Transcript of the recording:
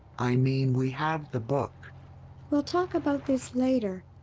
i mean, we have the book we'll talk about this later!